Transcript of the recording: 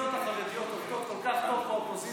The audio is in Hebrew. הסיעות החרדיות עובדות כל כך טוב באופוזיציה.